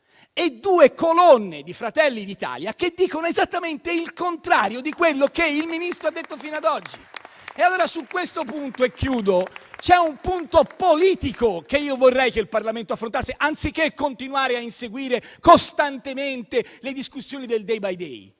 e due colonne di Fratelli d'Italia che dicono esattamente il contrario di quello che il Ministro ha detto fino ad oggi. C'è allora un punto politico che vorrei che il Parlamento affrontasse, anziché continuare a inseguire costantemente le discussioni del *day by day:*